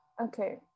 okay